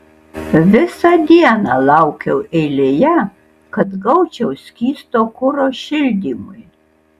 visą dieną laukiau eilėje kad gaučiau skysto kuro šildymui